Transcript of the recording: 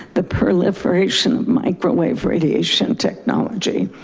the proliferation of microwave radiation technology.